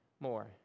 More